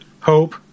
hope